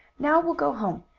now we'll go home.